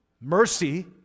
Mercy